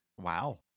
Wow